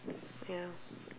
ya